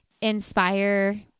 inspire